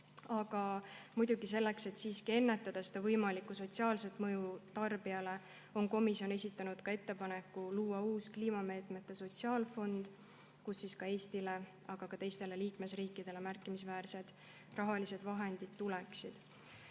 Aga muidugi selleks, et ennetada võimalikku sotsiaalset mõju tarbijale, on komisjon esitanud ettepaneku luua uus kliimameetmete sotsiaalfond, kust nii Eestile kui ka teistele liikmesriikidele tuleksid märkimisväärsed rahalised vahendid.